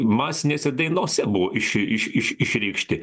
masinėse dainose buvo iš iš iš išreikšti